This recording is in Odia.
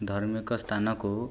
ଧାର୍ମିକ ସ୍ଥାନକୁ